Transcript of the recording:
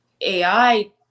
AI